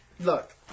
Look